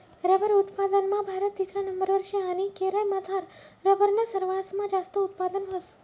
rubber उत्पादनमा भारत तिसरा नंबरवर शे आणि केरयमझार रबरनं सरवासमा जास्त उत्पादन व्हस